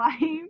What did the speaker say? life